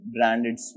branded